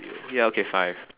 ya okay five